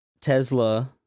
Tesla